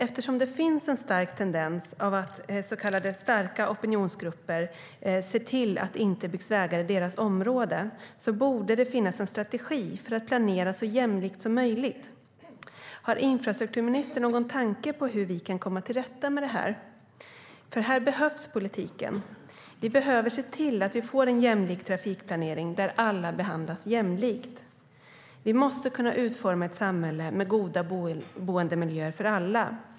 Eftersom det finns en stark tendens att så kallade starka opinionsgrupper ser till att det inte byggs vägar i deras områden borde det finnas en strategi för att planera så jämlikt som möjligt. Har infrastrukturministern någon tanke på hur vi kan komma till rätta med detta? Här behövs politiken. Vi behöver se till att vi får en jämlik trafikplanering där alla behandlas jämlikt. Vi måste kunna utforma ett samhälle med goda boendemiljöer för alla.